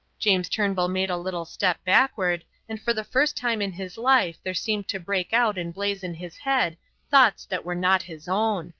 james turnbull made a little step backward, and for the first time in his life there seemed to break out and blaze in his head thoughts that were not his own